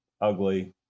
ugly